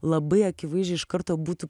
labai akivaizdžiai iš karto būtų